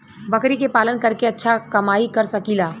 बकरी के पालन करके अच्छा कमाई कर सकीं ला?